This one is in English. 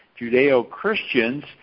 Judeo-Christians